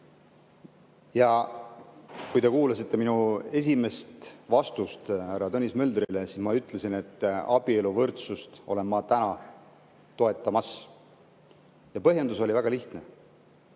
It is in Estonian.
Ja kui te kuulasite minu esimest vastust härra Tõnis Möldrile, siis ma ütlesin, et abieluvõrdsust täna ma toetan. Ja põhjendus oli väga lihtne: